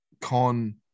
con